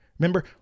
Remember